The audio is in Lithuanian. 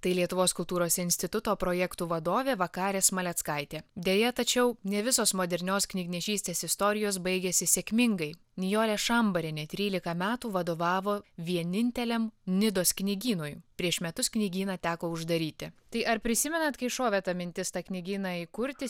tai lietuvos kultūros instituto projektų vadovė vakarė smaleckaitė deja tačiau ne visos modernios knygnešystės istorijos baigėsi sėkmingai nijolė šambarienė trylika metų vadovavo vieninteliam nidos knygynui prieš metus knygyną teko uždaryti tai ar prisimenat kai šovė ta mintis tą knygyną įkurti